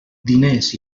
diners